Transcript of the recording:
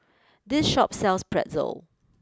this Shop sells Pretzel